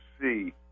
see